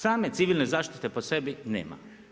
Same civilne zaštite po sebi nema.